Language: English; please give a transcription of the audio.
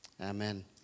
Amen